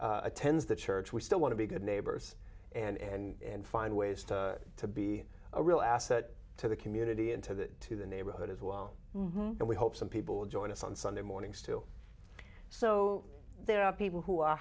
everyone attends the church we still want to be good neighbors and find ways to to be a real asset to the community and to the to the neighborhood as well and we hope some people will join us on sunday mornings too so there are people who are